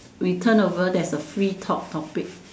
we turn over there's a free talk topic